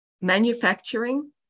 manufacturing